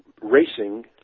racing